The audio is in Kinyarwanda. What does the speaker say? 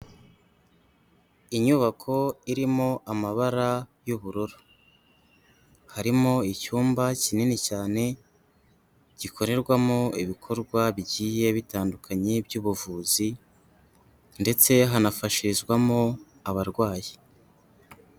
Inyubako irimo amabara y'ubururu. Harimo icyumba kinini cyane, gikorerwamo ibikorwa bigiye bitandukanye by'ubuvuzi, ndetse hanafashirizwamo abarwayi.